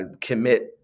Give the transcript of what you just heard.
commit